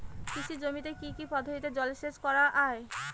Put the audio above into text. কৃষি জমিতে কি কি পদ্ধতিতে জলসেচ করা য়ায়?